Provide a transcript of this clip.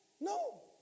No